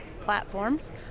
platforms